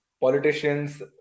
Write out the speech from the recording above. politicians